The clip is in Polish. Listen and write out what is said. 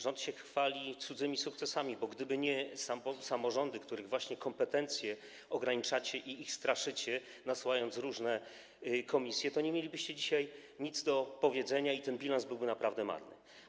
Rząd się chwali cudzymi sukcesami, bo gdyby nie samorządy, których kompetencje właśnie ograniczacie i które straszycie, nasyłając różne komisje, to nie mielibyście dzisiaj nic do powiedzenia i ten bilans byłby naprawdę marny.